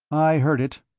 i heard it.